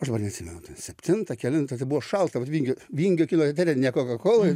aš dabar neatsimenu septintą kelintą ten buvo šalta vat vingio vingio kino teatre ne kokakoloj